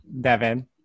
Devin